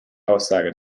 aussage